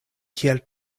kiel